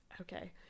Okay